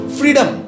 freedom